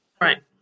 Right